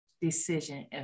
decision